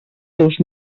seus